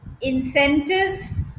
incentives